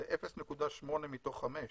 זה 0.8 מתוך 5,